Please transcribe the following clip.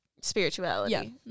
Spirituality